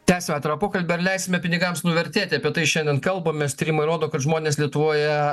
tęsia tra pokalbį ar leisime pinigams nuvertėti apie tai šiandien kalbamės tyrimai rodo kad žmonės lietuvoje